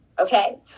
Okay